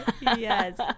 Yes